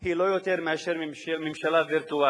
היא לא יותר מאשר ממשלה וירטואלית.